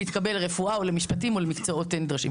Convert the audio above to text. להתקבל לרפואה או למשפטים או למקצועות נדרשים,